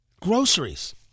Groceries